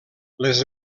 les